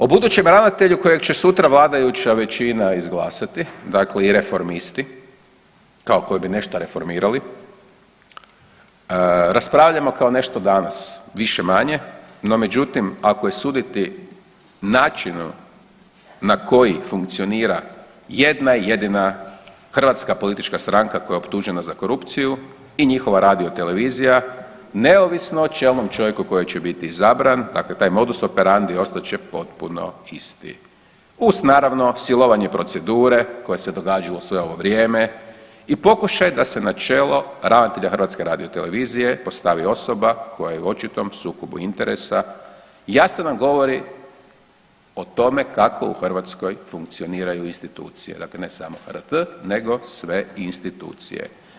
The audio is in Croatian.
O budućem ravnatelju kojeg će sutra vladajuća većina izglasati, dakle i reformisti kao koji bi nešto reformirali, raspravljamo kao nešto danas više-manje, no međutim ako je suditi načinu na koji funkcionira jedna jedina hrvatska politička stranka koja je optužena za korupciju i njihova radiotelevizija neovisno o čelnom čovjeku koji će biti izabran, dakle taj modus operandi ostat će potpuno isti uz naravno silovanje procedure koja se događa u sve ovo vrijeme i pokušaj da se na čelo ravnatelja HRT-a postavi osoba koja je u očitom sukobu interesa jasno nam govori o tome kako u Hrvatskoj funkcioniraju institucije, dakle ne samo HRT nego sve institucije.